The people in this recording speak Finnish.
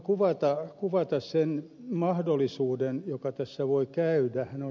voin kuvata sen mahdollisuuden miten tässä voi käydä